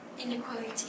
inequality